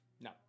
No